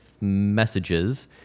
messages